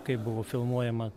kaip buvo filmuojama